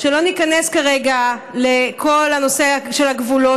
שלא ניכנס כרגע לכל הנושא של הגבולות,